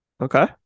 Okay